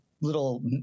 little